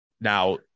Now